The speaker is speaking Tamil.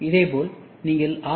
இதேபோல் நீங்கள் ஆர்